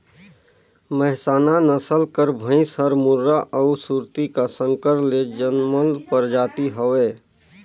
मेहसाना नसल कर भंइस हर मुर्रा अउ सुरती का संकर ले जनमल परजाति हवे